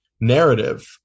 narrative